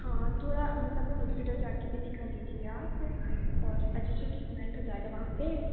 हाँ थोड़ा मतलब हॉस्पिटल जा कर भी दिखा लीजिये आप और अच्छे से ट्रीटमेंट हो जायेगा वहाँ पर